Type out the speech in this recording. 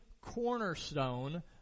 cornerstone